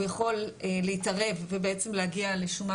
הוא יכול להתערב ובעצם להגיע לשומה